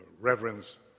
reverence